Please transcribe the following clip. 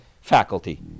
faculty